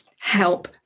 help